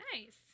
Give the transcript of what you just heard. Nice